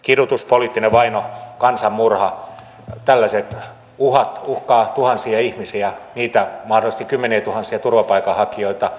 kidutus poliittinen vaino kansanmurha tällaiset uhat uhkaavat tuhansia ihmisiä niitä mahdollisesti kymmeniätuhansia turvapaikanhakijoita